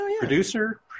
Producer